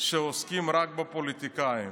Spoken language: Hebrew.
שעוסקים רק בפוליטיקאים.